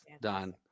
Don